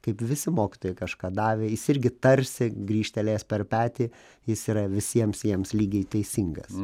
kaip visi mokytojai kažką davė jis irgi tarsi grįžtelėjęs per petį jis yra visiems jiems lygiai teisingas